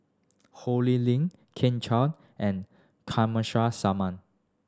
Ho Lee Ling Kit Chan and Kamsari Salam